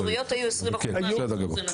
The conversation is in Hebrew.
אבל המחזוריות היו 20% מהמחזור, זה נתון.